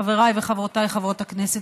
חבריי וחברותיי חברות הכנסת,